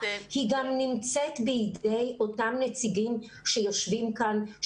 היא גם נמצאת בידי אותם נציגים שיושבים כאן,